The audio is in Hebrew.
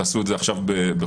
תעשו את זה עכשיו בחודשיים.